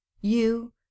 You